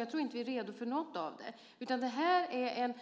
Jag tror inte att vi är redo för något av det, utan det här är